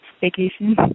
vacation